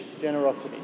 generosity